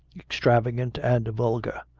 extravagant, and vulgar.